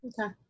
okay